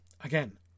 Again